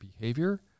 behavior